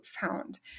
found